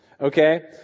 Okay